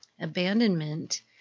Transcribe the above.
Abandonment